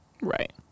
Right